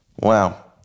Wow